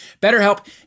BetterHelp